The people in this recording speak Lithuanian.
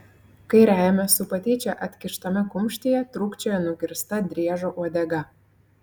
kairiajame su patyčia atkištame kumštyje trūkčioja nukirsta driežo uodega